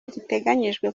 giteganyijwe